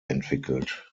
entwickelt